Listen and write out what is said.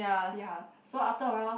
ya so after around